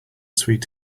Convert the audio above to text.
sweet